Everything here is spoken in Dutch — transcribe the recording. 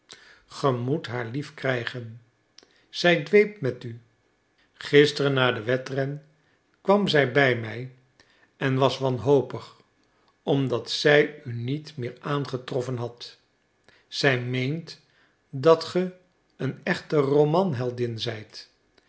moet haar lief krijgen zij dweept met u gisteren na den wedren kwam zij bij mij en was wanhopig omdat zij u niet meer aangetroffen had zij meent dat ge een echte romanheldin zijt